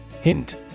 Hint